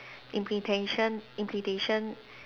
implementation implementation